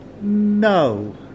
No